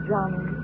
Johnny